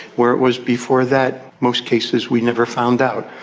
where it was before that, most cases we never found out,